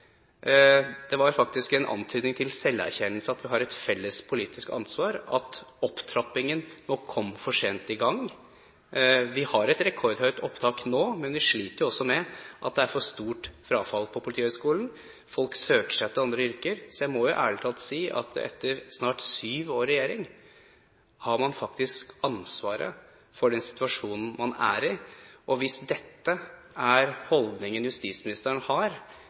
Det var faktisk en antydning til selverkjennelse fra min side av at vi har et felles politisk ansvar, og at opptrappingen kom for sent i gang. Vi har et rekordhøyt opptak nå, men vi sliter også med at det er et for stort frafall på Politihøgskolen – folk søker seg til andre yrker. Så jeg må ærlig talt si at etter snart sju år i regjering har man faktisk ansvaret for den situasjonen man er i. Hvis dette er holdningen justisministeren har